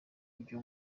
ivyo